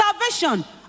salvation